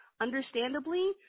Understandably